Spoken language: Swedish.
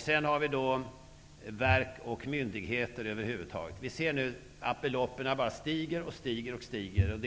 I fråga om verk och myndigheter över huvud taget ser vi hur beloppen stiger och stiger.